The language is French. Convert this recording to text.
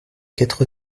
quatre